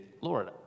lord